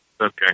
Okay